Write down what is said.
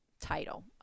title